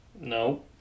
No